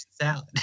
salad